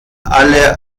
alle